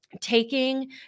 taking